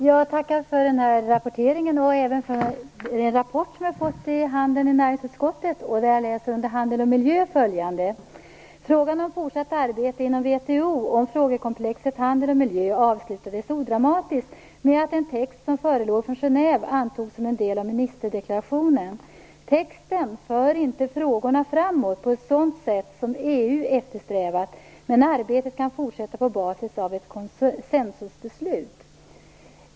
Herr talman! Jag tackar för rapporteringen och även en rapport som jag har fått i handen i näringsutskottet. Där läser jag under rubriken Handel och miljö: Frågan om fortsatt arbete inom VHO om frågekomplexet handel och miljö avslutades odramatiskt med att en text som förelåg från Genève antogs som en del av ministerdeklarationen. Texten för inte frågorna framåt på ett sådant sätt som EU eftersträvat, men arbetet kan fortsätta på basis av ett konsensusbeslut.